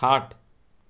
खाट